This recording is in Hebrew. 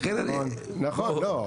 לכן אני טוען- -- נכון.